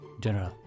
General